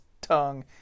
tongue